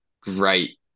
great